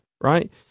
right